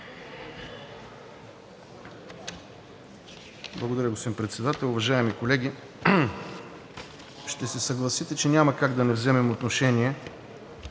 Благодаря, господин Председател. Уважаеми колеги, ще се съгласите, че няма как да не вземем отношение